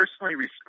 personally